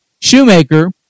Shoemaker